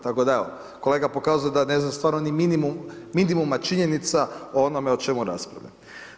Tako da, evo, kolega pokazuje da ne zna stvarno ni minimum minimuma činjenica o onome o čemu raspravljamo.